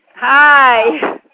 Hi